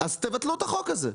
אז תבטלו את החוק הזה.